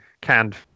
canned